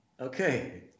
Okay